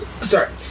sorry